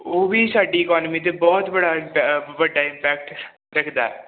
ਉਹ ਵੀ ਸਾਡੀ ਇਕੋਨਮੀ 'ਤੇ ਬਹੁਤ ਬੜਾ ਇੰਪੈ ਵੱਡਾ ਇੰਪੈਕਟ ਰੱਖਦਾ